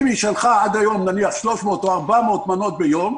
אם היא שלחה עד היום 300 או 400 מנות ביום,